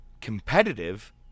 Competitive